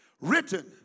Written